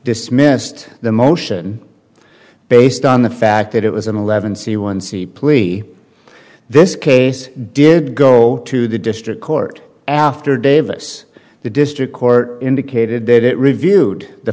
dismissed the motion based on the fact that it was an eleven c one c plea this case did go to the district court after davis the district court indicated that it reviewed the